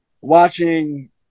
watching